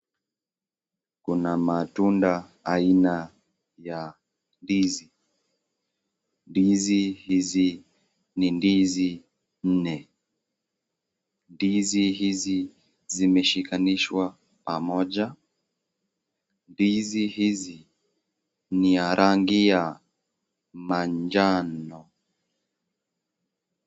Kuna matunda aina ya ndizi, ndizi hizi ni ndizi nne, ndizi hizi zimeshikanishwa, ndizi hizi ni ya rangi ya manjano.